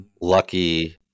lucky